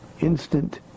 instant